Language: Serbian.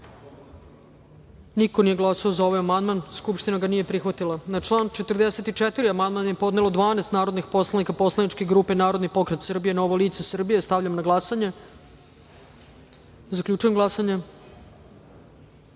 niko nije glasao za ovaj amandman i Narodna skupština ga nije prihvatila. Na član 81. amandman je podnelo 12 narodnih poslanika poslaničke grupe Narodni pokret Srbije – Novo lice Srbije. Stavljam na glasanje ovaj amandman. Zaključujem glasanje: